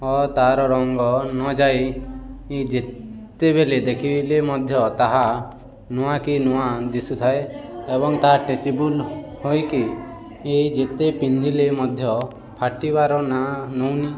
ଓ ତା'ର ରଙ୍ଗ ନଯାଇ ଯେତେବେଲେ ଦେଖିଲେ ମଧ୍ୟ ତାହା ନୂଆକି ନୂଆଁ ଦିଶୁଥାଏ ଏବଂ ତାହା ଷ୍ଟ୍ରେଚେବୁଲ୍ ହୋଇକି ଇ ଯେତେ ପିନ୍ଧିଲେ ମଧ୍ୟ ଫାଟିବାର ନା ନେଉନି